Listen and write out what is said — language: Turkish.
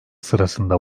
sırasında